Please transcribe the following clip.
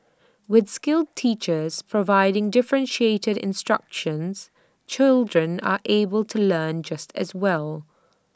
with skilled teachers providing differentiated instruction children are able to learn just as well